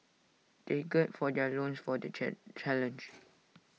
they gird for their loins for the challenge